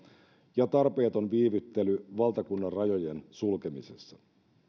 ja tarpeeton viivyttely valtakunnan rajojen sulkemisessa